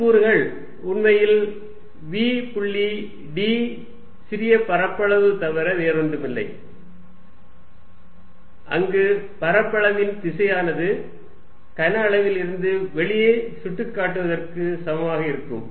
மற்ற கூறுகள் உண்மையில் v புள்ளி d சிறிய பரப்பளவு தவிர வேறொன்றுமில்லை அங்கு பரப்பளவின் திசையானது கன அளவில் இருந்து வெளியே சுட்டிக்காட்டுவதற்கு சமமாக இருக்கும்